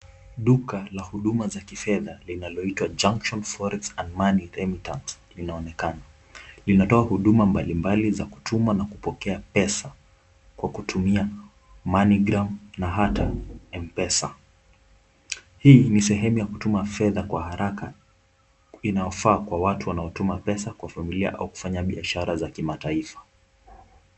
Duka la huduma za kifedha linaloitwa Junction Forex And Money Remittance linaonekana. Linatoa huduma mbalimbali za kutuma na kupokea pesa kwa kutumia money gram na hata M-pesa. Hii ni sehemu ya kutuma fedha kwa haraka, inayofaa kwa watu wanaotuma pesa kwa familia au kufanya biashara za kimataifa.